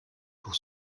pour